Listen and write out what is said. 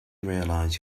realize